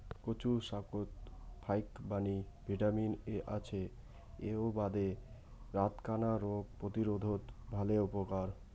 কচু শাকত ফাইকবাণী ভিটামিন এ আছে এ্যাই বাদে রাতকানা রোগ প্রতিরোধত ভালে উপকার